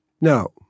No